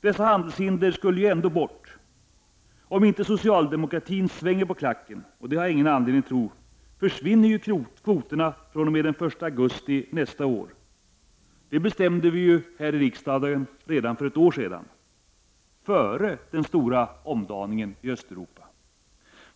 Dessa handelshinder skall ju ändå bort. Om inte socialdemokratin svänger på klacken — det har jag ingen anledning att tro — försvinner kvoterna fr.o.m. den 1 augusti nästa år. Det bestämde vi här i riksdagen redan för ett år sedan = före den stora omdaningen i Östeuropa.